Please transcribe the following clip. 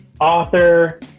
author